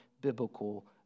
biblical